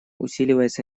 усиливается